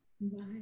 Bye